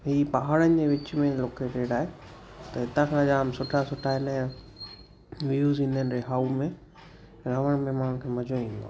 ही पहाड़नि जे विच में लोकेटेड आहे त हितां खां जाम सुठा सुठा हिन जा व्यूज़ ईंदा आहिनि रिहाऊ में रहण में माण्हुनि खे मज़ो ईंदो आहे